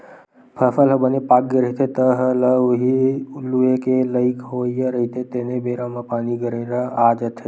फसल ह बने पाकगे रहिथे, तह ल उही लूए के लइक होवइया रहिथे तेने बेरा म पानी, गरेरा आ जाथे